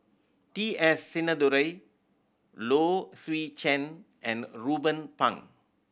T S Sinnathuray Low Swee Chen and Ruben Pang